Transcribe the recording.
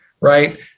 right